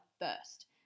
first